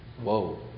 whoa